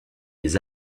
des